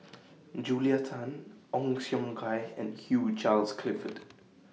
Julia Tan Ong Siong Kai and Hugh Charles Clifford